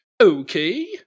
Okay